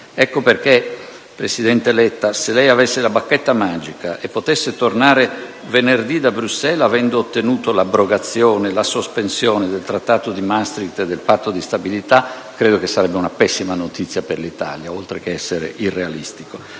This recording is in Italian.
tale motivo, presidente Letta, se lei avesse la bacchetta magica e potesse tornare venerdì da Bruxelles avendo ottenuto l'abrogazione o la sospensione del Trattato di Maastricht e del Patto di stabilità, credo sarebbe una pessima notizia per l'Italia, oltre ad essere irrealistico.